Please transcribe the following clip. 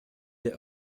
der